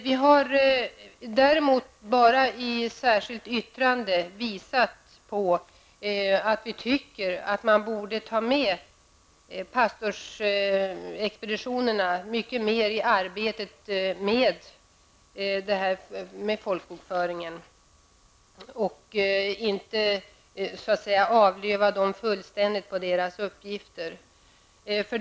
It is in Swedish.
Däremot har vi bara i ett särskilt yttrande framhållit att vi tycker att man borde ta med pastorsexpeditionerna mycket mer i arbetet med folkbokföringen och inte avlöva dem fullständigt på deras arbetsuppgifter.